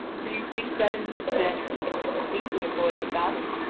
for you think that in this manner you can completely avoid the battle.